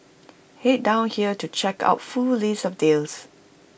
Head down here to check out full list of deals